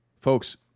Folks